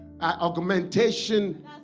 augmentation